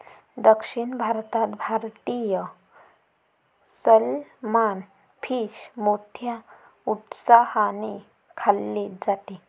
दक्षिण भारतात भारतीय सलमान फिश मोठ्या उत्साहाने खाल्ले जाते